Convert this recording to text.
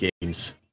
games